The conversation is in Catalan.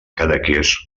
cadaqués